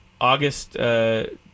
August